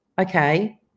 okay